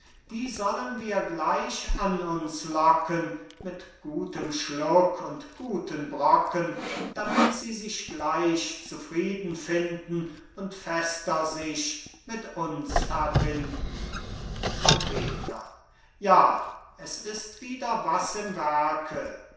die sollen wir gleich an uns locken mit gutem schluck und guten brocken damit sie sich gleich zufrieden finden und fester sich mit uns verbinden trompeter ja es ist wieder was im werke